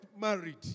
married